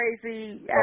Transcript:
crazy